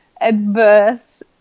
adverse